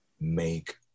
make